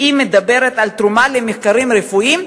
והיא מדברת על תרומה למחקרים רפואיים,